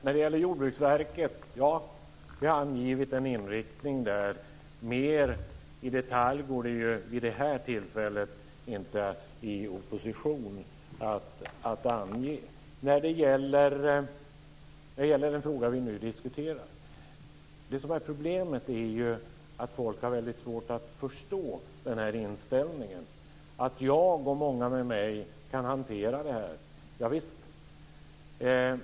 Fru talman! Vi har angivit en inriktning för Jordbruksverket. Mer i detalj går det inte vid det här tillfället att ange i opposition. När det gäller den fråga som vi nu diskuterar är problemet att människor har mycket svårt att förstå inställningen. Att jag och många med mig kan hantera det är en annan sak.